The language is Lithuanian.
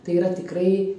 tai yra tikrai